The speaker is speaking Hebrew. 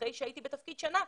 אחרי שהייתי בתפקיד שנה,